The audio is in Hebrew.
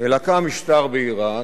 אלא קם משטר באירן